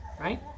Right